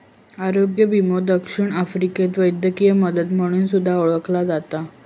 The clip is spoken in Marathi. आरोग्य विमो दक्षिण आफ्रिकेत वैद्यकीय मदत म्हणून सुद्धा ओळखला जाता